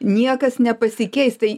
niekas nepasikeis tai